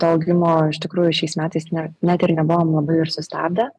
to augimo iš tikrųjų šiais metais net net ir nebuvom labai ir sustabdę